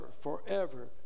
forever